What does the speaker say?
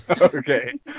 Okay